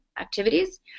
activities